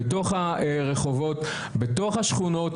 בתוך הרחובות, בתוך השכונות.